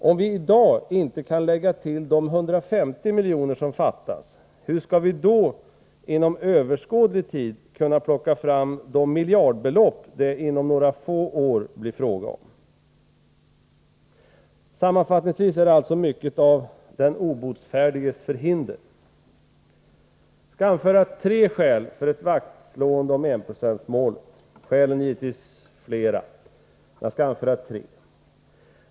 Om vi i dag inte kan lägga till de 150 miljoner som fattas, hur skall vi då inom överskådlig tid kunna plocka fram de miljardbelopp som det inom några få år blir fråga om? Sammanfattningsvis är det alltså mycket av den obotfärdiges förhinder! Jag skall anföra tre skäl för ett vaktslående om enprocentsmålet. Skälen är givetvis fler, men jag skall anföra tre.